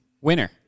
winner